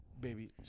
baby